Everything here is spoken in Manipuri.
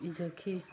ꯏꯖꯈꯤ